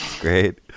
Great